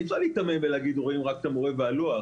אי אפשר להיתמם ולהגיד שרואים רק את המורה והלוח.